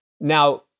Now